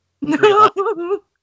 no